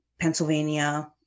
Pennsylvania